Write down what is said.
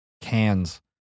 cans